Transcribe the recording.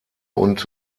und